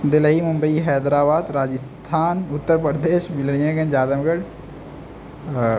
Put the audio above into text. دلہی ممبئی حیدرآباد راجستھان اتر پردیش بلریا گنج جادھو گڑھ